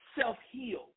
self-heal